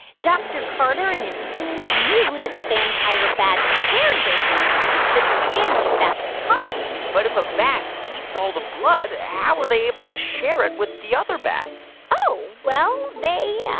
dr. carter and his team knew that the vampire bats shared their blood feast with their families back in the colony but if a bat eats all the blood, how are they able to share it with the other bats? oh, well, they. yeah